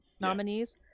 nominees